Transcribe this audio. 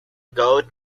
got